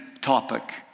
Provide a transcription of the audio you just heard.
topic